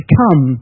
come